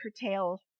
curtail